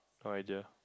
no idea